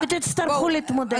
ותצטרכו להתמודד.